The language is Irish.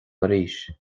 arís